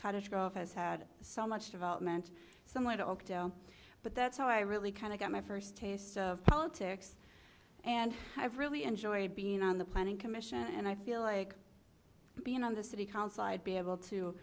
grove has had so much development some way to octo but that's how i really kind of got my first taste of politics and i've really enjoyed being on the planning commission and i feel like being on the city council i'd be able to